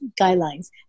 guidelines